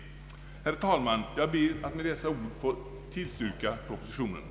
Herr talman! Jag ber att med dessa ord få tillstyrka utskottets utlåtande.